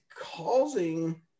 causing